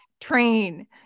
train